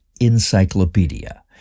Encyclopedia